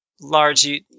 large